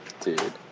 dude